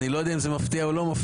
אני לא יודע אם זה מפתיע או לא מפתיע,